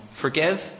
Forgive